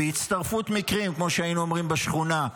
בהצטרפות מקרים כמו שהיינו אומרים בשכונה,